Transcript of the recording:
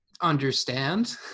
understand